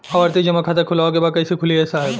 आवर्ती जमा खाता खोलवावे के बा कईसे खुली ए साहब?